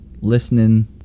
listening